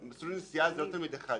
מסלול נסיעה הוא לא רק לתלמיד אחד,